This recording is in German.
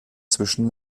zwischen